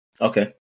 Okay